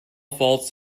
faults